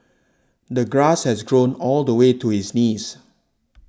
the grass has grown all the way to his knees